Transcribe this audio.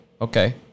Okay